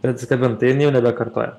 ir atsikabin tai jinai jau nebekartoja